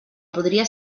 podria